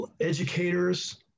educators